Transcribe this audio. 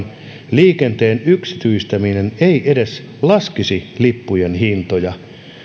liikenteen yksityistäminen ei edes laskisi lippujen hintoja